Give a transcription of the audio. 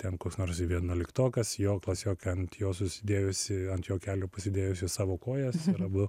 ten koks nors vienuoliktokas jo klasiokė ant jo susidėjusi ant jo kelių pasidėjusi savo kojas ir abu